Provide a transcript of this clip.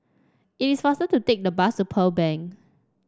it is faster to take the bus to Pearl Bank